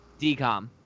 dcom